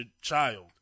child